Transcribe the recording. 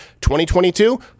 2022